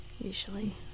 Usually